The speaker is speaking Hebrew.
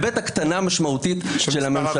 ו-ב', הקטנה משמעותית של הממשלה.